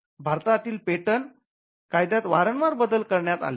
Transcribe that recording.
भारतातील पेटंट कायद्यात वारंवार बदल करण्यात आलेत